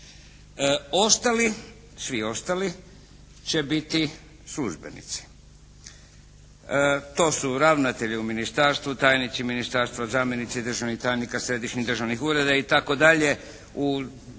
svi ostali će biti službenici. To su ravnatelji u ministarstvu, tajnici ministarstava, zamjenici državnih tajnika središnjih državnih ureda i